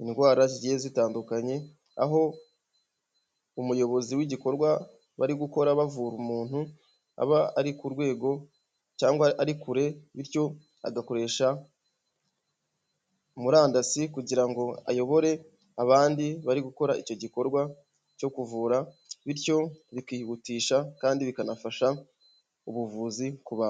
indwara zigiye zitandukanye aho umuyobozi w'igikorwa bari gukora bavura umuntu aba ari ku rwego cyangwa ari kure bityo agakoresha murandasi kugira ngo ayobore abandi bari gukora icyo gikorwa cyo kuvura bityo bikihutisha kandi bikanafasha ubuvuzi ku bantu.